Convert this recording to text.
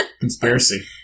Conspiracy